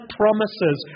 promises